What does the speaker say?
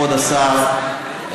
כבוד השר,